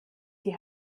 die